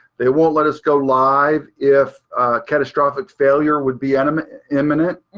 they won't let us go live if catastrophic failure would be and um imminent.